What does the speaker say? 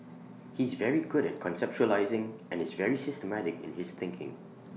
he's very good at conceptualising and is very systematic in his thinking